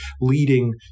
leading